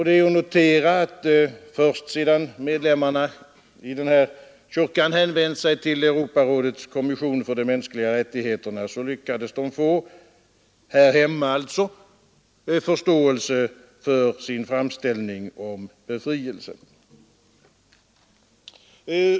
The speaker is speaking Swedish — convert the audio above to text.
Det är att notera att först sedan medlemmarna i denna kyrka hänvänt sig till Europarådets kommission för de mänskliga rättigheterna, lyckades de här hemma få förståelse för sin framställning om befrielse.